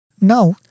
Now